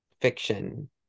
fiction